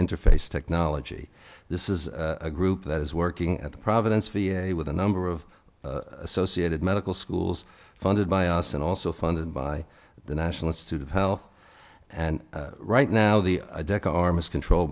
interface technology this is a group that is working at the providence v a with a number of associated medical schools funded by us and also funded by the national institute of health and right now the deck arm is control